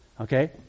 Okay